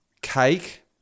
cake